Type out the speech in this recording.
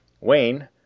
Wayne